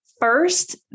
first